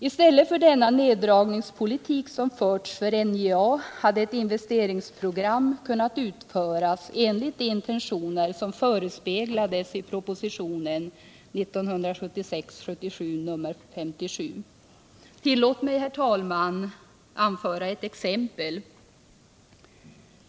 I stället för denna neddragningspolitik som förts för NJA hade ett investeringsprogram kunnat utföras enligt intentionerna i propositionen 1976/77:57. Tillåt mig, herr talman, att anföra ett exempel.